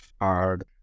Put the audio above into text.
hard